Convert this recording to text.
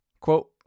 quote